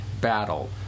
battle